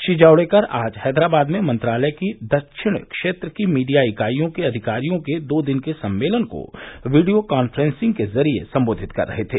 श्री जावड़ेकर आज हैदराबाद में मंत्रालय की दक्षिण क्षेत्र की मीडिया इकाइयों के अधिकारियों के दो दिन के सम्मेलन को वीडियो काफ्रेंसिंग के जरिये संबोधित कर रहे थे